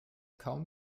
kaum